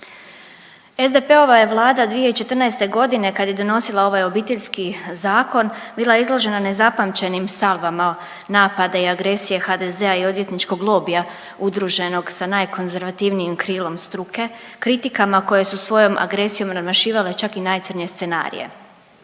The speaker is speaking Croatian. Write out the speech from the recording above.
SDP-ova je Vlada 2014. godine kad je donosila ovaj Obiteljski zakon bila izložena nezapamćenim salvama napada i agresije HDZ-a i odvjetničkog lobija udruženog sa najkonzervativnijim krilom struke kritikama koje su svojom agresijom nadmašivale čak i najcrnje scenarije.